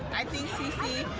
i think cc